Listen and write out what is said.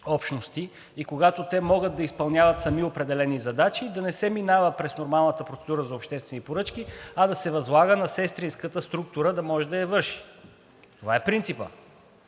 общности, и когато те могат да изпълняват сами определени задачи и да не се минава през нормалната процедура за обществени поръчки, а да се възлага на сестринската структура да може да я върши, това е принципът.